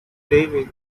devil